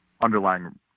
underlying